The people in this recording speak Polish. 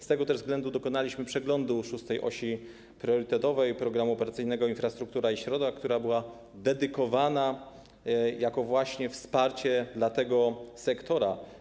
Z tego też względu dokonaliśmy przeglądu szóstej osi priorytetowej Programu Operacyjnego ˝Infrastruktura i środowisko˝, która była dedykowana jako wsparcie dla tego sektora.